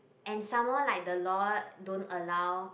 and some more like the law don't allow